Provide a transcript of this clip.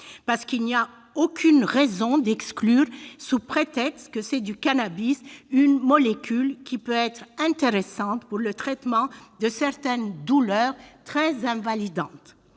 parce qu'il n'y a aucune raison d'exclure, sous prétexte que c'est du cannabis, une molécule qui peut être intéressante pour le traitement de certaines douleurs très invalidantes.